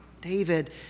David